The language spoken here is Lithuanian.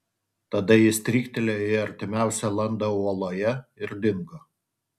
tada jis stryktelėjo į artimiausią landą uoloje ir dingo